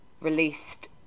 released